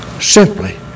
simply